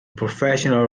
professional